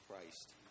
Christ